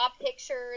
pictures